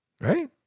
Right